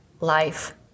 life